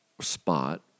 spot